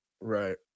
right